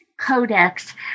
codex